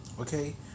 Okay